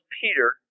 Peter